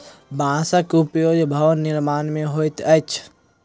बांसक उपयोग भवन निर्माण मे होइत अछि